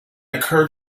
occur